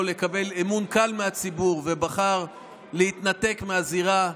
לקבל אמון קל מהציבור ובחר להתנתק מהזירה,